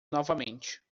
novamente